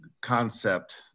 concept